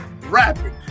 rapping